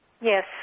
Yes